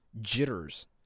jitters